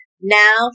Now